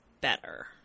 better